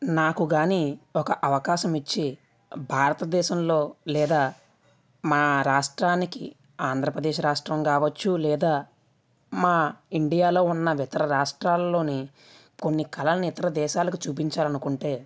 నాకు కానీ ఒక అవకాశం ఇచ్చి భారత దేశంలో లేదా మా రాష్ట్రానికి ఆంధ్రప్రదేశ్ రాష్ట్రం కావచ్చు లేదా మా ఇండియాలో ఉన్న ఇతర రాష్ట్రాలలోని కొన్ని కళలను ఇతర దేశాలకు చూపించాలి అనుకుంటే